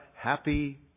happy